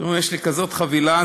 יש לי כזאת חבילה,